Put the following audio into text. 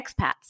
expats